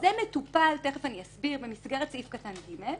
זה מטופל, תכף אני אסביר, במסגרת סעיף קטן (ג).